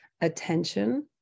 attention